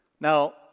Now